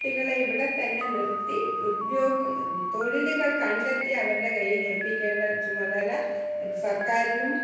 കുട്ടികളെ ഇവിടെത്തന്നെ നിർത്തി ഉദ്യോഗം തൊഴിലുകൾ കണ്ടെത്തി അവരുടെ കയ്യിൽ ഏൽപ്പിക്കേണ്ട ചുമതല സർക്കാരിനും